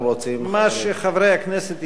מה שחברי הכנסת יציעו.